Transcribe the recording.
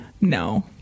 no